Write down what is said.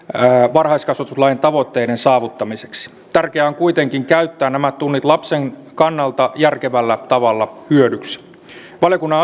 varhaiskasvatuslain tavoitteiden saavuttamiseksi tärkeää on kuitenkin käyttää nämä tunnit lapsen kannalta järkevällä tavalla hyödyksi valiokunnan